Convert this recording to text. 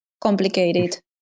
complicated